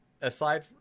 aside –